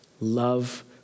love